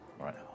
right